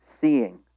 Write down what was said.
seeing